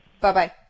bye-bye